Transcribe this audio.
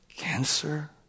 cancer